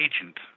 agent